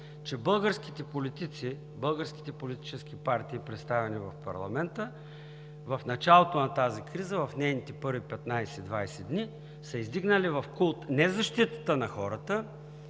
българските политически партии, представени в парламента в началото на тази криза, в нейните първи 15 – 20 дни, са издигнали в култ не защитата на хората,